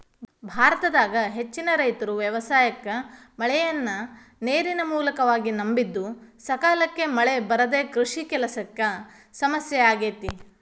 ಭಾರತದಾಗ ಹೆಚ್ಚಿನ ರೈತರು ವ್ಯವಸಾಯಕ್ಕ ಮಳೆಯನ್ನ ನೇರಿನ ಮೂಲವಾಗಿ ನಂಬಿದ್ದುಸಕಾಲಕ್ಕ ಮಳೆ ಬರದೇ ಕೃಷಿ ಕೆಲಸಕ್ಕ ಸಮಸ್ಯೆ ಆಗೇತಿ